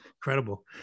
incredible